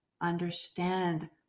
Understand